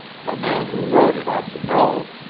the man who wrote it ought to know,